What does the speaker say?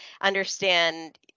understand